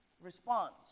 response